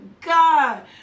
God